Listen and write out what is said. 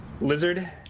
lizard